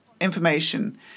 information